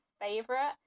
favorite